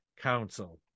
Council